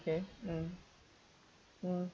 okay mm mm